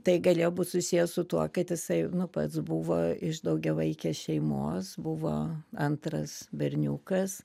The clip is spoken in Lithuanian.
tai galėjo būt susiję su tuo kad jisai nu pats buvo iš daugiavaikės šeimos buvo antras berniukas